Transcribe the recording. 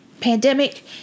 pandemic